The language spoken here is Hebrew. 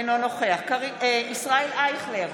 אינו נוכח ישראל אייכלר,